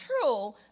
true